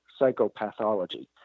psychopathology